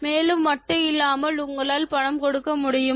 மேலும் வட்டி இல்லாமல் உங்களால் பணம் கொடுக்க முடியுமா